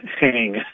hang